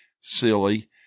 silly